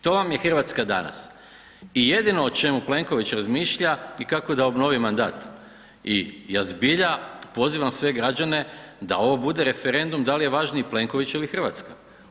To vam je Hrvatska danas i jedino o čemu Plenković razmišlja je kako da obnovi mandat i ja zbilja pozivam sve građane da ovo bude referendum da li je važniji Plenković ili Hrvatska.